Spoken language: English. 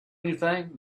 anything